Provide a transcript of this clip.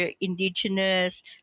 Indigenous